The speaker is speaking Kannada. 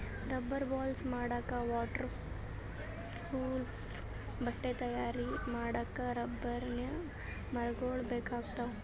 ರಬ್ಬರ್ ಬಾಲ್ಸ್ ಮಾಡಕ್ಕಾ ವಾಟರ್ ಪ್ರೂಫ್ ಬಟ್ಟಿ ತಯಾರ್ ಮಾಡಕ್ಕ್ ರಬ್ಬರಿನ್ ಮರಗೊಳ್ ಬೇಕಾಗ್ತಾವ